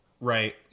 Right